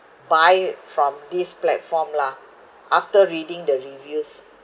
buy from this platform lah after reading the reviews